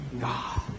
God